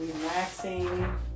relaxing